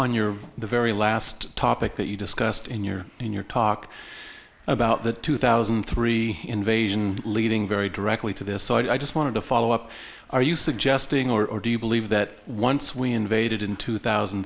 on your the very last topic that you discussed in your in your talk about the two thousand and three invasion leading very directly to this so i just want to follow up are you suggesting or do you believe that once we invaded in two thousand